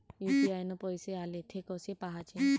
UPI न पैसे आले, थे कसे पाहाचे?